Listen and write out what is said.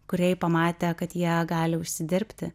kūrėjai pamatė kad jie gali užsidirbti